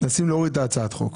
מנסים להוריד את הצעת החוק.